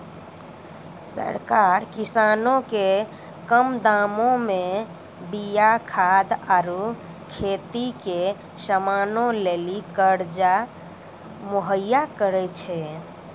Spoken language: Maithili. सरकार किसानो के कम दामो मे बीया खाद आरु खेती के समानो लेली कर्जा मुहैय्या करै छै